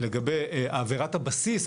לגבי עבירת הבסיס,